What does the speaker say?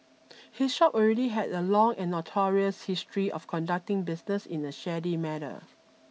his shop already had a long and notorious history of conducting business in a shady manner